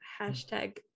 hashtag